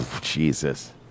Jesus